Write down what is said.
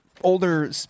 older